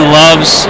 loves